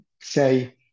say